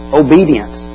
obedience